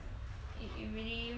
it really